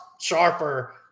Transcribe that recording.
sharper